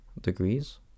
degrees